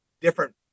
different